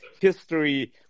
history